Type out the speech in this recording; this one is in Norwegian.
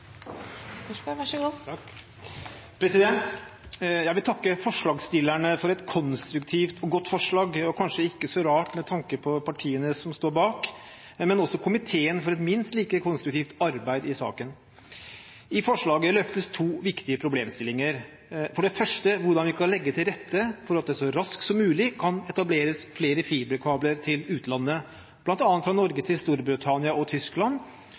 Jeg vil takke forslagsstillerne for et konstruktivt og godt forslag – kanskje ikke så rart med tanke på partiene som står bak – men også komiteen for et minst like konstruktivt arbeid i saken. I forslaget løftes to viktige problemstillinger, for det første hvordan vi kan legge til rette for at det så raskt som mulig kan etableres flere fiberkabler til utlandet, bl.a. fra Norge til Storbritannia og Tyskland,